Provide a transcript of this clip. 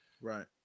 right